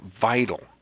vital